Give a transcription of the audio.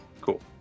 Cool